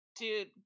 Dude